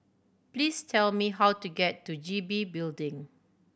please tell me how to get to G B Building